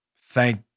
thank